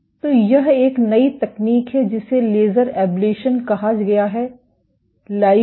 तो यह एक नई तकनीक है जिसे लेजर एब्लेशन कहा गया है लाई गई है